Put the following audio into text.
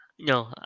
No